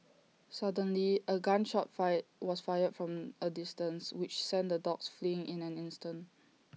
suddenly A gun shot fire was fired from A distance which sent the dogs fleeing in an instant